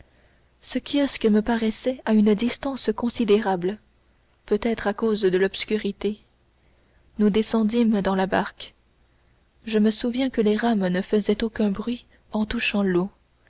ce kiosque me paraissait à une distance considérable peut-être à cause de l'obscurité nous descendîmes dans la barque je me souviens que les rames ne faisaient aucun bruit en touchant l'eau